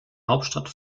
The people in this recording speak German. hauptstadt